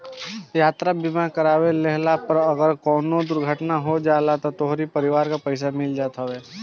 यात्रा बीमा करवा लेहला पअ अगर कवनो दुर्घटना हो जात बा तअ तोहरी परिवार के पईसा मिल जात हवे